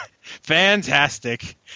fantastic